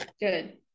good